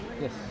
Yes